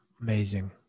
Amazing